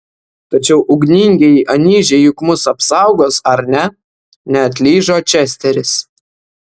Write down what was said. tačiau ugningieji anyžiai juk mus apsaugos ar ne neatlyžo česteris